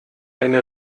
eine